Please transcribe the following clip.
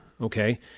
Okay